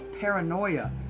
paranoia